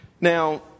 now